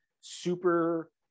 super